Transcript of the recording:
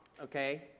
okay